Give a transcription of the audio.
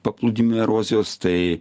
paplūdimių erozijos tai